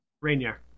Rainier